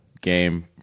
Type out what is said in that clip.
game